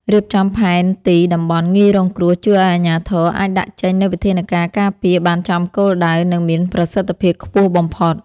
រៀបចំផែនទីតំបន់ងាយរងគ្រោះជួយឱ្យអាជ្ញាធរអាចដាក់ចេញនូវវិធានការការពារបានចំគោលដៅ និង មានប្រសិទ្ធភាពខ្ពស់បំផុត។